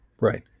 Right